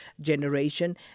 generation